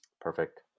Perfect